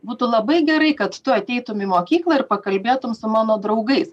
būtų labai gerai kad tu ateitum į mokyklą ir pakalbėtum su mano draugais